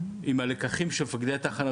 עם הלקחים של מפקדי התחנות.